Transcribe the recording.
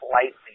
slightly